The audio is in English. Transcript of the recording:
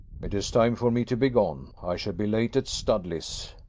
it is time for me to be gone i shall be late at studley's.